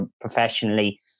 professionally